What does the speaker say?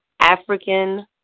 African